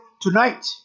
tonight